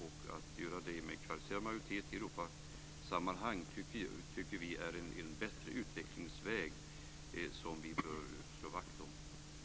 Att fatta beslut med kvalificerad majoritet i Europasammanhang är en bättre utvecklingsväg som vi bör slå vakt om.